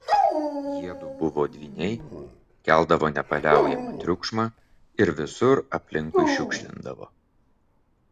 jiedu buvo dvyniai keldavo nepaliaujamą triukšmą ir visur aplinkui šiukšlindavo